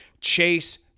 Chase